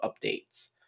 updates